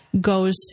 goes